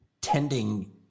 tending